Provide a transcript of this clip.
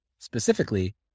Specifically